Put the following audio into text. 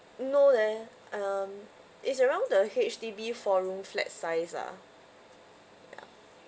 no leh um it's around the H_D_B four room flat size lah ya